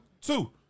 Two